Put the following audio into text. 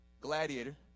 Gladiator